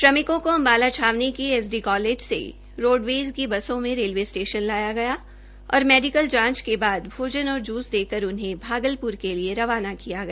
श्रमिकों को अम्बाला छावनी के एस डी कालेज से रोडवेज़ की बसों में रेलवे स्टेशन लाया गया और मेडिकल जांच के बाद भोजन और जूस देकर उन्हें भागलपुर के लिए रवाना किया गया